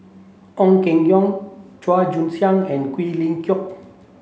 Ong Keng Yong Chua Joon Siang and Quek Ling Kiong